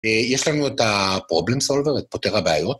יש לנו את ה-Problem Solver, את פותר הבעיות?